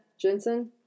Jensen